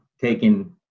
taking